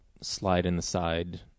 slide-in-the-side